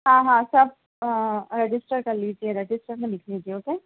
ہاں ہاں سب رجسٹر کر لیجیے گا رجسٹر میں لکھ لیجیے اوکے